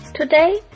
Today